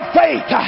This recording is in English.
faith